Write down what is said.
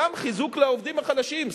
גם, חיזוק לעובדים החלשים.